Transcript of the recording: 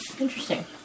Interesting